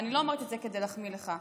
ואני לא אומרת את זה כדי להחמיא לך,